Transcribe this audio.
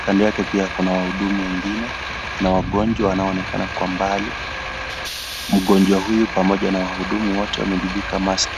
kando yake pia kuna waudumu wengine na wagonjwa wanaonekana kwa mbali mgonjwa huyu pamoja na wahudumu wote wamejifika mask .